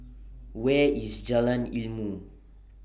Where IS Jalan Ilmu